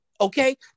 Okay